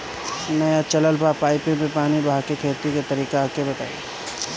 नया चलल बा पाईपे मै पानी बहाके खेती के तरीका ओके बताई?